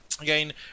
Again